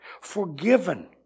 Forgiven